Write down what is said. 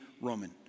Roman